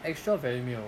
extra value meal